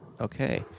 Okay